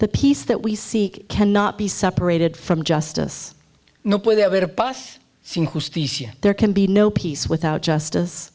the peace that we seek cannot be separated from justice would have but there can be no peace without justice